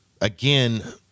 again